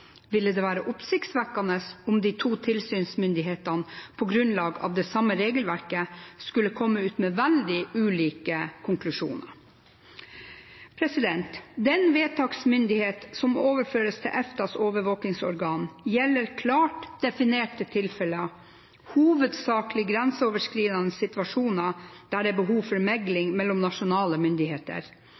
ville det være oppsiktsvekkende om de to tilsynsmyndighetene på grunnlag av det samme regelverket skulle komme ut med veldig ulike konklusjoner. Den vedtaksmyndighet som overføres til EFTAs overvåkingsorgan, gjelder klart definerte tilfeller, hovedsakelig grenseoverskridende situasjoner der det er behov for megling mellom nasjonale myndigheter,